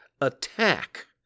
attack